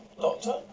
Doctor